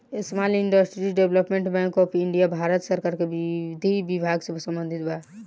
small industries development bank of India भारत सरकार के विधि विभाग से संबंधित बा